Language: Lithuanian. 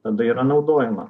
tada yra naudojama